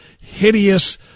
hideous